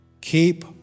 keep